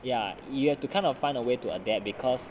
ya you have to kind of find a way to adapt because